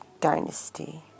dynasty